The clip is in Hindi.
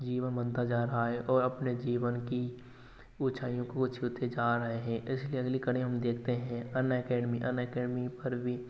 जीवन बनता जा रहा है और अपने जीवन की ऊंचाइयों को वो छूते जा रहे हैं इसलिए अगली कड़ी हम देखते हैं अनअकैडमी अनअकैडमी पर भी